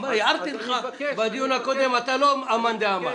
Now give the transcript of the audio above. הערתי לך בדיון הקודם שאתה לא ה-"מאן דאמר".